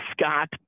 scott